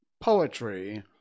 poetry